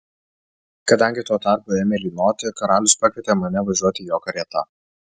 kadangi tuo tarpu ėmė lynoti karalius pakvietė mane važiuoti jo karieta